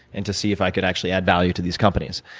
and to see if i could actually add value to these companies.